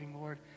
Lord